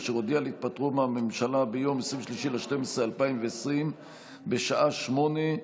אשר הודיע על התפטרות מהממשלה ביום 23 בדצמבר 2020 בשעה 20:00,